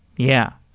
yeah.